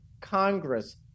Congress